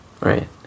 Right